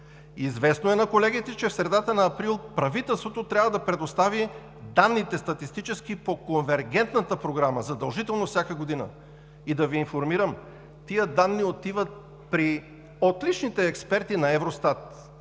Известно е на колегите, че в средата на април правителството трябва да предостави статистическите данни по Конвергентната програма, задължително всяка година. И да Ви информирам: тези данни отиват при отличните експерти на Евростат,